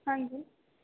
ਹਾਂਜੀ